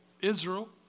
Israel